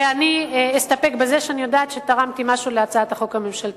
ואני אסתפק בזה שאני יודעת שתרמתי משהו להצעת החוק הממשלתית.